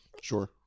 sure